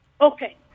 okay